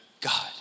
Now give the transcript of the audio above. God